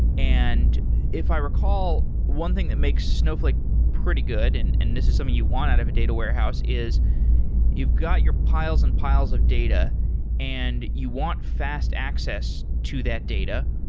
and if i recall, one thing that makes snowflake pretty good, and and this is um something you want out of a data warehouse, is you've got your piles and piles of data and you want fast access to that data.